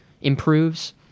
improves